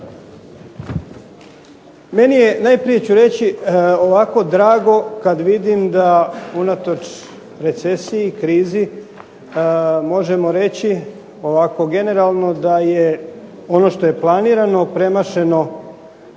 Meni je, najprije ću reći ovako, drago kad vidim da unatoč recesiji i krizi možemo reći ovako generalno da je ono što je planirano premašeno